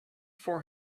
four